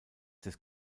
des